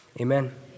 Amen